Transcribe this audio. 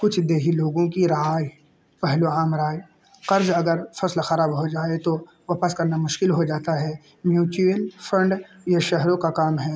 کچھ دیہی لوگوں کی رائے پہلو عام رائے قرض اگر فصل خراب ہو جائے تو واپس کرنا مشکل ہو جاتا ہے میوچوئل فنڈ یا شہروں کا کام ہے